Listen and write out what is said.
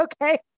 Okay